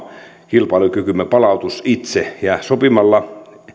kilpailukykymme palautus itse ja sopimalla